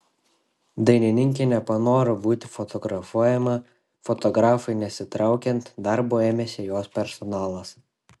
dainininkė nepanoro būti fotografuojama fotografui nesitraukiant darbo ėmėsi jos personalas